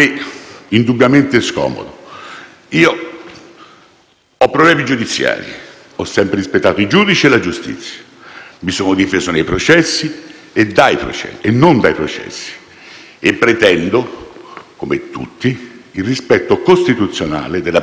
ho problemi giudiziari. Ho sempre rispettato i giudici e la giustizia. Mi sono difeso nei processi e non dai processi e pretendo, come tutti, il rispetto costituzionale della presunzione di innocenza fino a sentenza definitiva.